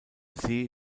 see